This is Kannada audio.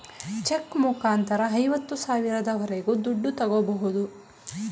ಚೆಕ್ ಮುಖಾಂತರ ಐವತ್ತು ಸಾವಿರದವರೆಗೆ ದುಡ್ಡು ತಾಗೋಬೋದು